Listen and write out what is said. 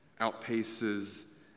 outpaces